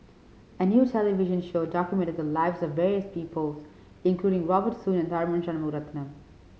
a new television show document the lives of various people including Robert Soon and Tharman Shanmugaratnam